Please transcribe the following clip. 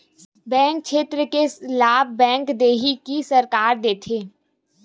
सामाजिक क्षेत्र के लाभ बैंक देही कि सरकार देथे?